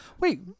Wait